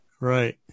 Right